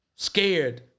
scared